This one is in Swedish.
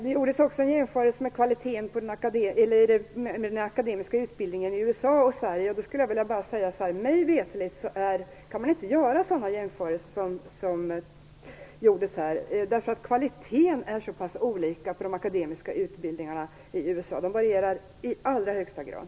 Det gjordes också en jämförelse mellan kvaliteten på den akademiska utbildningen i USA och i Sverige. Mig veterligt kan man inte göra sådana jämförelser, därför att kvaliteten är så olika på de akademiska utbildningarna i USA. Den varierar i allra högsta grad.